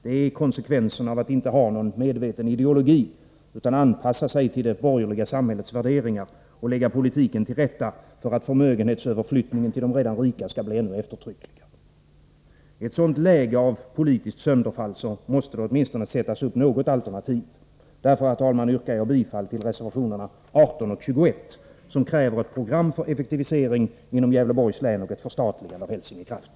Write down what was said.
Det är konsekvensen av att inte ha någon medveten ideologi utan anpassa sig till det borgerliga samhällets värderingar och lägga politiken till rätta för att förmögenhetsöverflyttningen till de redan rika skall bli ännu eftertryckligare. I ett sådant läge av politiskt sönderfall måste det åtminstone ställas upp något alternativ. Därför, herr talman, yrkar jag bifall till reservationerna 18 och 21, som kräver ett program för effektivisering inom Gävleborgs län och ett förstatligande av Hälsingekraft.